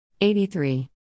83